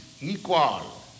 equal